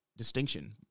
Distinction